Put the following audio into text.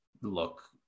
look